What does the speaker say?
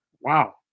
Wow